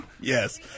Yes